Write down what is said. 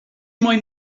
moyn